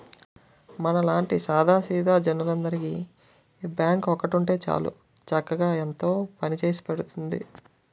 మనలాంటి సాదా సీదా జనాలందరికీ ఈ బాంకు ఒక్కటి ఉంటే చాలు చక్కగా ఎంతో పనిచేసి పెడతాంది